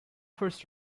first